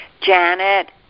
Janet